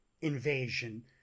invasion